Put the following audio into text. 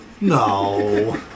no